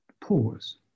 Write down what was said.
pause